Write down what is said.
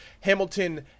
Hamilton